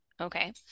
Okay